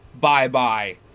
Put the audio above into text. bye-bye